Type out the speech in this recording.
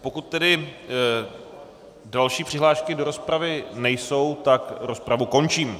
Pokud tedy další přihlášky do rozpravy nejsou, tak rozpravu končím.